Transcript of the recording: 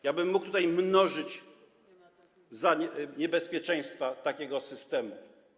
Ja bym mógł tutaj mnożyć niebezpieczeństwa takiego systemu.